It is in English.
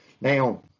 Now